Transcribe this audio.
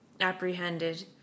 apprehended